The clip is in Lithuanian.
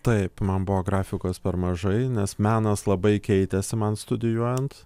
taip man buvo grafikos per mažai nes menas labai keitėsi man studijuojant